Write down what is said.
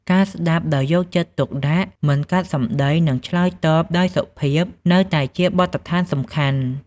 ការ ស្ដាប់ដោយយកចិត្តទុកដាក់ មិនកាត់សម្ដី និងឆ្លើយតបដោយសុភាព នៅតែជាបទដ្ឋានសំខាន់។